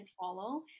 follow